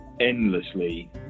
endlessly